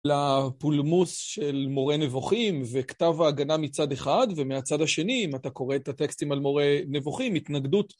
לפולמוס של מורה נבוכים וכתב ההגנה מצד אחד, ומהצד השני, אם אתה קורא את הטקסטים על מורה נבוכים, התנגדות.